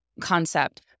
concept